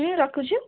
ହୁଁ ରଖୁଛି